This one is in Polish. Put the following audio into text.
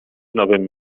nowym